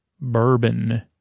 bourbon